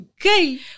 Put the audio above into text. okay